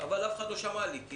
אבל אף אחד לא שמע לי כי